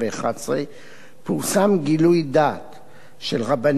פורסם גילוי דעת של רבני הציונות הדתית,